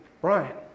Brian